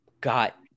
got